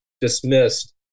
dismissed